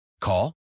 Call